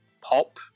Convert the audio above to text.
pop